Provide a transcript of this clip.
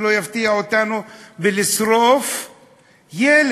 ולא יפתיע אותנו כשזה יהיה לשרוף ילד,